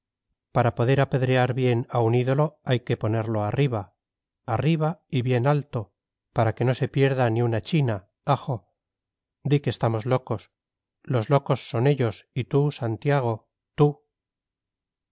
para poder apedrear bien a un ídolo hay que ponerlo arriba arriba y bien alto para que no se pierda ni una china ajo di que estamos locos los locos son ellos y tú santiago tú